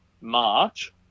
March